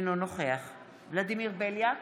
אינו נוכח ולדימיר בליאק,